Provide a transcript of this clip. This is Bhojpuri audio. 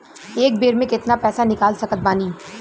एक बेर मे केतना पैसा निकाल सकत बानी?